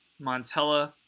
Montella